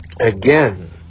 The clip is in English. Again